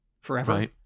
forever